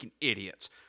idiots